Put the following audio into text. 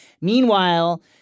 Meanwhile